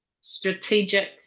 strategic